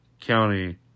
County